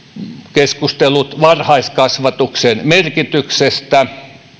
keskustelut varhaiskasvatuksen merkityksestä